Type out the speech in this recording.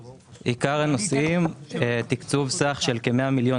עיקר הנושאים: תקצוב סך של כ-100 מיליון